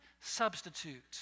substitute